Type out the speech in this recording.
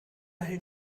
hält